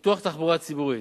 פיתוח התחבורה הציבורית,